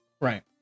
right